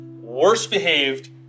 worst-behaved